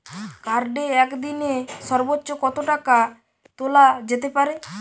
কার্ডে একদিনে সর্বোচ্চ কত টাকা তোলা যেতে পারে?